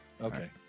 Okay